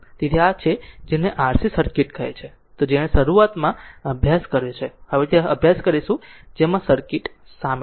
તેથી આ તે છે જેને RC સર્કિટ કહે છે તે જેણે શરૂઆતમાં અભ્યાસ કર્યો છે હવે તે અભ્યાસ કરીશું જેમાં સર્કિટ શામેલ છે